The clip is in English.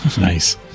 Nice